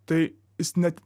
tai jis net